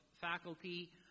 Faculty